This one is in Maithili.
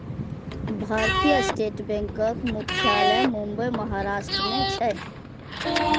भारतीय स्टेट बैंकक मुख्यालय मुंबई, महाराष्ट्र मे छै